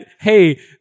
hey